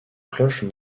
cloches